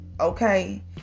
okay